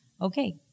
Okay